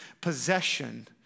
possession